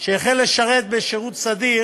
שהחל לשרת בשירות סדיר